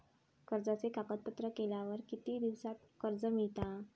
कर्जाचे कागदपत्र केल्यावर किती दिवसात कर्ज मिळता?